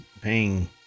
paying